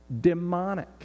demonic